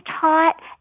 taught